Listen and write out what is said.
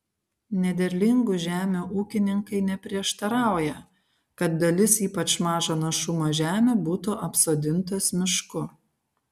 nederlingų žemių ūkininkai neprieštarauja kad dalis ypač mažo našumo žemių būtų apsodintos mišku